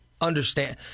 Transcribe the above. understand